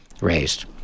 raised